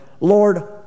Lord